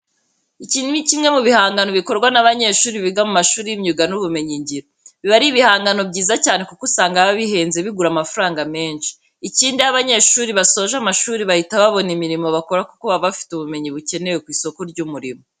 Iki ni kimwe mu bihangano bikorwa n'abanyeshuri biga mu mashuri y'imyuga n'ubumenyingiro. Biba ari ibigangano byiza cyane kuko usanga biba bihenze bigura amafaranga menshi. Ikindi iyo aba banyeshuri basoje amashuri bahita babona imirimo bakora kuko baba bafite ubumenyi bukenewe ku isoko ry'umurimo.